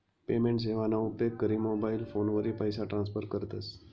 payment सेवाना उपेग करी मोबाईल फोनवरी पैसा ट्रान्स्फर करतस